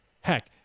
Heck